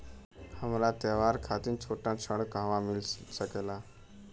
हमरा त्योहार खातिर छोटा ऋण कहवा मिल सकेला?